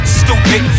stupid